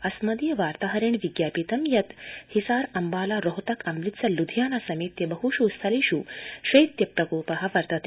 अस्मदीय वार्ताहरेण विज्ञापितं यत् हिसार अंबाला रोहतक अमृतसर लुधियाना समेत्य बहुषु स्थलेषु शैत्य प्रकोप वर्तते